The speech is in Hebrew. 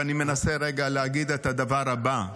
ואני מנסה להגיד את הדבר הבא.